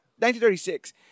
1936